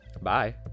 bye